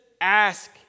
ask